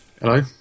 Hello